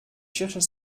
cherchent